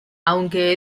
aunque